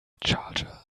charger